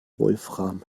wolfram